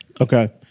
Okay